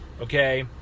okay